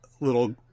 little